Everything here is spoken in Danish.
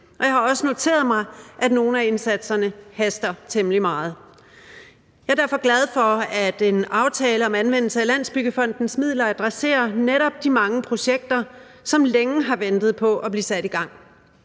Og jeg har også noteret mig, at nogle af indsatserne haster temmelig meget. Jeg er derfor glad for, at en aftale om anvendelse af Landsbyggefondens midler adresserer netop de mange projekter, som længe har ventet på at blive sat i gang.